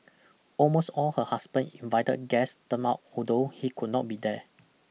almost all her husband invited guest turned up although he could not be there